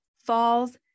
falls